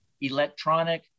electronic